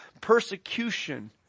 persecution